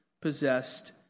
possessed